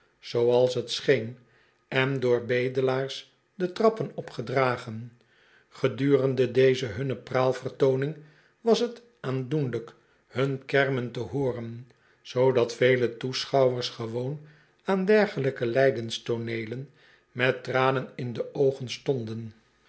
t scheen en door bedelaars de trappen opgedragen gedurende deze hunne praalvertooning was t aandoenlijk hun kermen te hooren zoodat vele toeschouwers gewoon aan dergelijke lijdenstooneelen met tranen in de oogen stonden